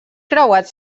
creuat